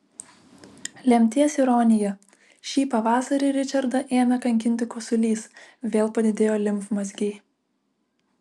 lemties ironija šį pavasarį ričardą ėmė kankinti kosulys vėl padidėjo limfmazgiai